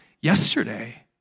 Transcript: yesterday